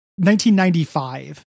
1995